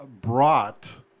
brought